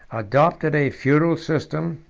adopted a feudal system,